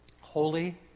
holy